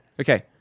Okay